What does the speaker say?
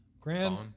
Grand